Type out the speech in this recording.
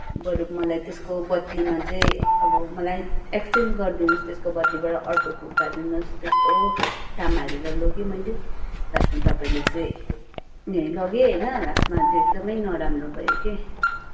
बरू मलाई त्यसको बद्लीमा चाहिँ अब मलाई एक्सचेन्ज गरिदिनु होस् त्यसको बद्लीमा अर्को कुर्ता दिनुहोस् त्यस्तो दाम हालेर लगेँ मैले लास्टमा तपाईँले चाहिँ लगेँ होइन लास्टमा त्यो एकदमै नराम्रो भयो के